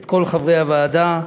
את כל חברי הוועדה,